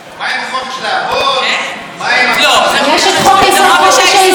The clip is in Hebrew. מה עם, יש את חוק-יסוד: חופש העיסוק.